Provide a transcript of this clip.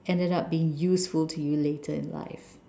ended up being useful to you later in life